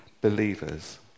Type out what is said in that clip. Believers